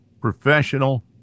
professional